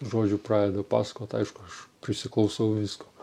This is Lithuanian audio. žodžiu pradeda pasakot aišku aš prisiklausau visko